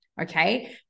Okay